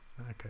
Okay